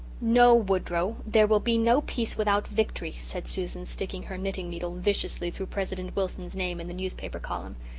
no, woodrow, there will be no peace without victory, said susan, sticking her knitting needle viciously through president wilson's name in the newspaper column.